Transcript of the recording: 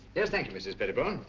yes, thank you, mrs. pettibone